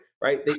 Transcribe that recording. Right